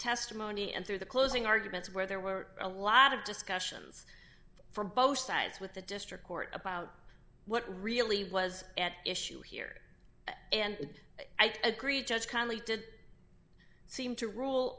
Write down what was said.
testimony and through the closing arguments where there were a lot of discussions from both sides with the district court about what really was at issue here and i'd agree judge connelly did seem to rule